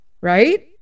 right